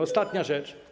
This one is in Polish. Ostatnia rzecz.